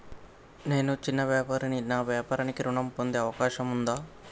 నేను చిన్న వ్యాపారిని నా వ్యాపారానికి ఋణం పొందే అవకాశం ఉందా?